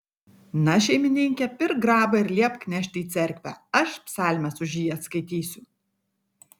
na šeimininke pirk grabą ir liepk nešti į cerkvę aš psalmes už jį atskaitysiu